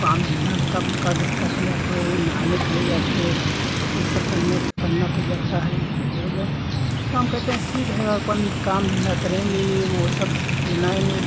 काम धन्धा हल्का फुल्का घर का किया करो नहाने चले जाते हो यह सब करना करना पड़ जाता है इधर उधर काम करते हैं ठीक है और अपना काम धन्धा करेंगे ही वह सब बनाएँगे